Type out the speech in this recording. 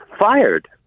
fired